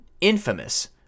infamous